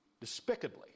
despicably